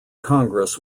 congress